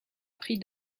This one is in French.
prix